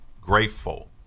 grateful